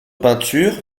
peintures